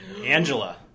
Angela